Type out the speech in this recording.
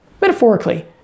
metaphorically